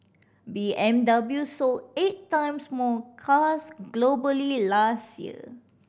B M W sold eight times more cars globally last year